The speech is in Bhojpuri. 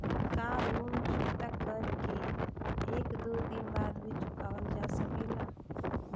का लोन चुकता कर के एक दो दिन बाद भी चुकावल जा सकेला?